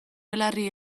belarri